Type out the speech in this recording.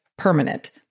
permanent